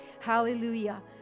hallelujah